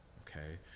okay